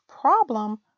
problem